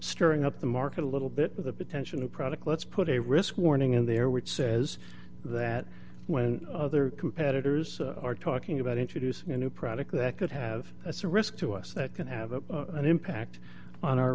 stirring up the market a little bit with a potential new product let's put a risk warning in there which says that when other competitors are talking about introducing a new product that could have as a risk to us that can have an impact on our